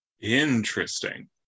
Interesting